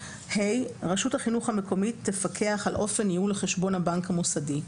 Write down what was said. (ה)רשות החינוך המקומית תפקח על אופן ניהול חשבון הבנק המוסדי.